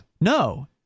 No